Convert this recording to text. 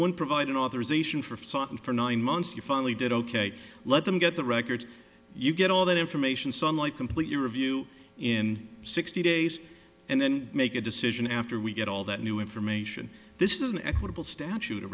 won't provide an authorization for the for nine months you finally did ok let them get the records you get all that information sunlight completely review in sixty days and then make a decision after we get all that new information this is an equitable statute